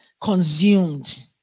consumed